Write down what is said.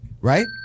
Right